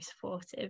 supportive